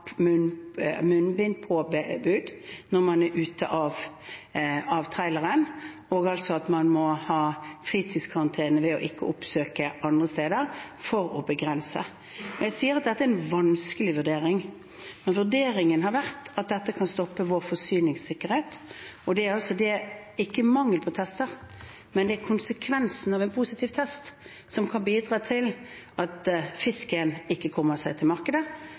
når man er ute av traileren og at man altså må ha fritidskarantene ved ikke å oppsøke andre steder for å begrense det. Jeg sier at dette er en vanskelig vurdering, men vurderingen har vært at dette kan stoppe vår forsyningssikkerhet. Det er altså ikke mangel på tester, men konsekvensen av en positiv test kan bidra til at fisken ikke kommer seg til markedet,